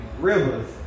rivers